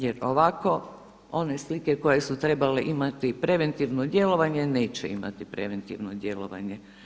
Jer ovako one slike koje su trebale imati preventivno djelovanje neće imati preventivno djelovanje.